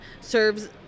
serves